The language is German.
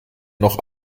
noch